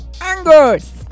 Angus